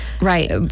Right